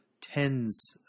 tens